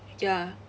ya